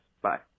Bye